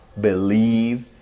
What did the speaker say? believe